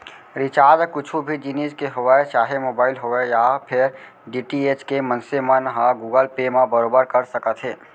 recharge कुछु भी जिनिस के होवय चाहे मोबाइल होवय या फेर डी.टी.एच के मनसे मन ह गुगल पे म बरोबर कर सकत हे